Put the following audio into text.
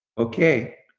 okay.